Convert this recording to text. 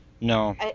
No